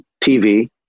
TV